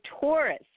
Taurus